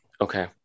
okay